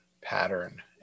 pattern